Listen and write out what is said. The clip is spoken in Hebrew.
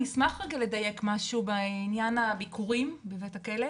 אני אשמח רגע לדייק משהו בעניין הביקורים בבית הכלא.